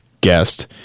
guest